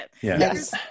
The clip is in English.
yes